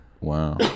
Wow